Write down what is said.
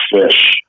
Fish